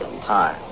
Hi